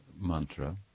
mantra